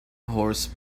horse